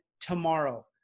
tomorrow